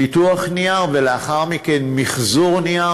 פיתוח נייר ולאחר מכן מחזור נייר.